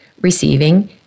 receiving